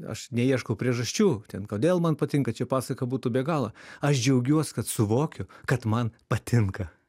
aš neieškau priežasčių kodėl man patinka čia pasaka būtų be galo aš džiaugiuos kad suvokiu kad man patinka